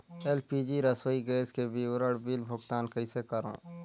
LPG रसोई gas के विवरण बिल भुगतान कइसे करों?